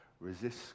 resists